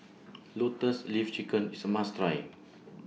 Lotus Leaf Chicken IS A must Try